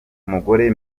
umugore